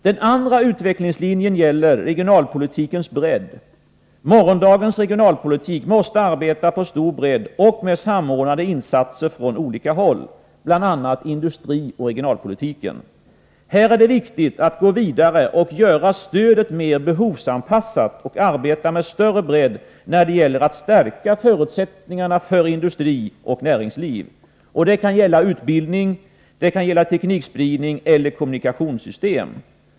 Den andra utvecklingslinjen gäller regionalpolitikens bredd. Morgondagens regionalpolitik måste arbeta på stor bredd och med samordnade insatser från olika håll, bl.a. industrioch regionalpolitiken. Här är det viktigt att gå vidare och göra stödet mer behovsanpassat och arbeta med större bredd när det gäller att stärka förutsättningarna för industri och näringsliv. Det kan gälla utbildning, teknikspridning eller kommunikationssystem.